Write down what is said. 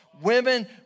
Women